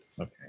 okay